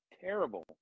Terrible